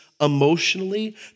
Emotionally